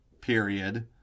period